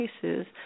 cases